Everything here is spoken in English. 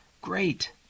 great